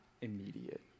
immediate